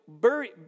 bury